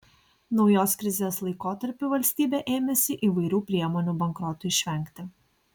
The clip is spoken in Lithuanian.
naujos krizės laikotarpiu valstybė ėmėsi įvairių priemonių bankrotui išvengti